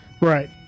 Right